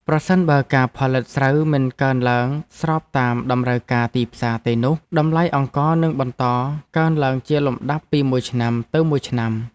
ប្រសិនបើការផលិតស្រូវមិនកើនឡើងស្របតាមតម្រូវការទីផ្សារទេនោះតម្លៃអង្ករនឹងបន្តកើនឡើងជាលំដាប់ពីមួយឆ្នាំទៅមួយឆ្នាំ។